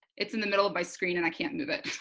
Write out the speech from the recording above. it's in the middle of my screen and i can't move it.